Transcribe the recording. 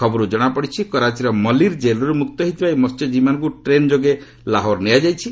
ଖବରରୁ ଜଣାପଡ଼ିଛି କରାଚୀର ମଲିର୍ ଜେଲ୍ରୁ ମୁକ୍ତ ହୋଇଥିବା ଏହି ମସ୍ୟକୀବୀମାନଙ୍କୁ ଟ୍ରେନ୍ ଯୋଗେ ଲାହୋର୍ ନିଆଯାଇଛି